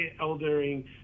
eldering